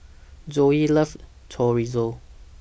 Zoey loves Chorizo